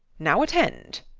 now attend.